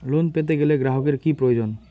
Loan পেতে গেলে গ্রাহকের কি প্রয়োজন?